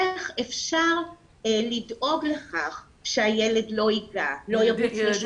איך אפשר לדאוג לכך שהילד לא ייגע או לא ירוץ לשולחן אחר?